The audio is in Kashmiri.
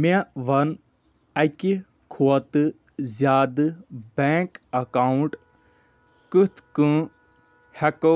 مےٚ وَن اَکہِ کھۄتہٕ زیادٕ بٮ۪نٛک اٮ۪کاوُنٛٹ کِتھ کہٕ ہٮ۪کو